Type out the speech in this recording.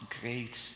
great